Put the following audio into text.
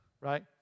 Right